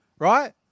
Right